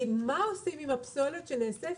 כי מה עושים עם הפסולת שנאספת?